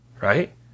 Right